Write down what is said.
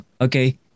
okay